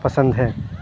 پسند ہیں